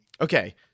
Okay